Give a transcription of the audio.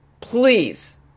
Please